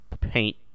paint